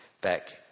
back